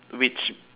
which